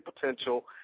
potential